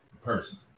person